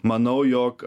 manau jog